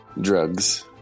Drugs